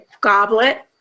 goblet